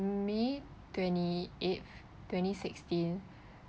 may twenty eight twenty sixteen